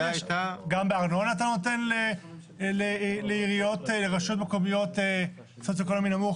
גם בארנונה אתה נותן לרשויות מקומיות בסוציואקונומי נמוך,